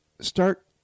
start